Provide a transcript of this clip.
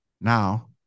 Now